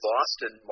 Boston